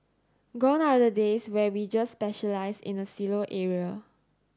gone are the days where we just specialise in a silo area